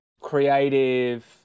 creative